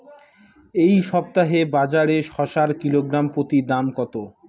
এই সপ্তাহে বাজারে শসার কিলোগ্রাম প্রতি দাম কত?